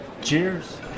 Cheers